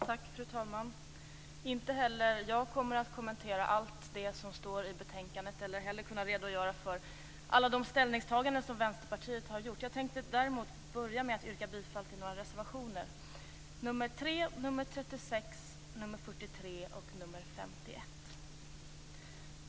Fru talman! Inte heller jag kommer att kommentera allt det som står i betänkandet eller redogöra för alla de ställningstaganden som Vänsterpartiet har gjort. Jag tänkte däremot börja med att yrka bifall till några reservationer. Jag yrkar bifall till reservationerna nr 3, nr 36, nr 43 och nr 51.